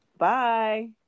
Bye